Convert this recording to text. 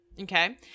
Okay